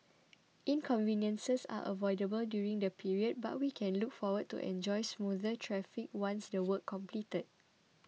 inconveniences are unavoidable during the period but we can look forward to enjoy smoother traffic once the work completed